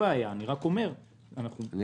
אני